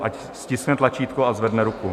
Ať stiskne tlačítko a zvedne ruku.